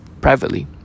privately